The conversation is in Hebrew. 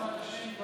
בעזרת השם,